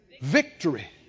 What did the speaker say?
Victory